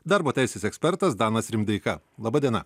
darbo teisės ekspertas danas rimdeika laba diena